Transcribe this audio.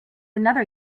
another